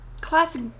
classic